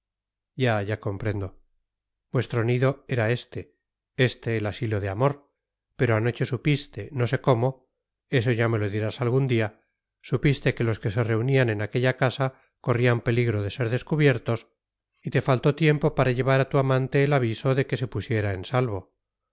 ya ya comprendo vuestro nido era este este el asilo de amor pero anoche supiste no sé cómo eso ya me lo dirás algún día supiste que los que se reunían en aquella casa corrían peligro de ser descubiertos y te faltó tiempo para llevar a tu amante el aviso de que se pusiera en salvo